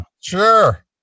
sure